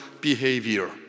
behavior